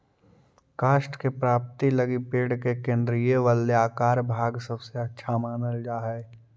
काष्ठ के प्राप्ति लगी पेड़ के केन्द्रीय वलयाकार भाग सबसे अच्छा मानल जा हई